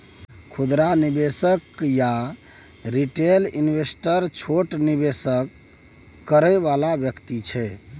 खुदरा निवेशक या रिटेल इन्वेस्टर छोट निवेश करइ वाला व्यक्ति छै